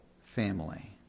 family